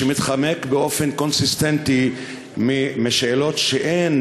שמתחמק באופן קונסיסטנטי משאלות שאין,